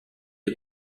you